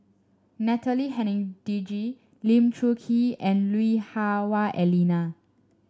Natalie Hennedige Lee Choon Kee and Lui Hah Wah Elena